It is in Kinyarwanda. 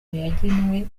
yagenwe